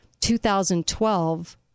2012